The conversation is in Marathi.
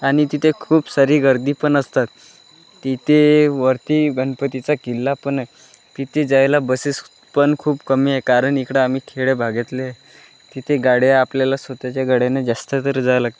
आणि तिथे खूप सारी गर्दी पण असतात तिथे वरती गणपतीचा किल्ला पण आहे तिथे जायला बसेस पण खूप कमी आहे कारण इकडं आम्ही खेडे भागातले तिथे गाड्या आपल्याला स्वतःच्या गाड्याने जास्त तर जायला लागतं